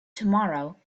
tomorrow